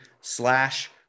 slash